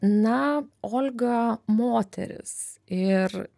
na olga moteris ir